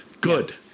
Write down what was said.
good